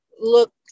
look